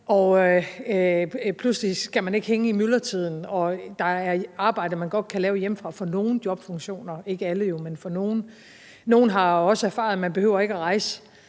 Og pludselig skal man ikke hænge i myldretiden, og der er arbejde, man godt kan lave hjemmefra – for nogle jobfunktioner, jo ikke for alle, men for nogle. Nogle har også erfaret, at man ikke behøver at rejse